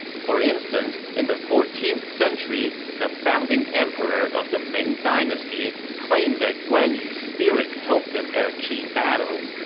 for instance, in the fourteenth century, the founding emperor of the ming dynasty claimed that guan yu's spirit helped him at a key battle,